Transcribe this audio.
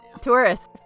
tourists